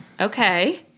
Okay